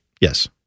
Yes